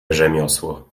rzemiosło